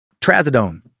Trazodone